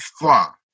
far